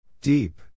Deep